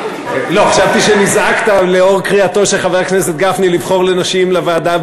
חשבתי שנזעקת לאור קריאתו של חבר הכנסת גפני לבחור נשים לוועדה